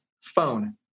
phone